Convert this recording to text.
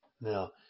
Now